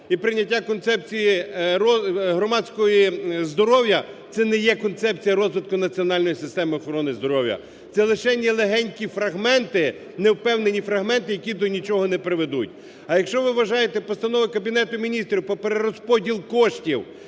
і прийняття концепції громадського здоров'я це не є Концепція розвитку національної системи охорони здоров'я. Це лишень є легенькі фрагменти, невпевнені фрагменти, які до нічого не приведуть. А, якщо, ви вважаєте, Постанова Кабінету Міністрів про перерозподіл коштів